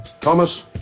Thomas